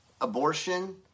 abortion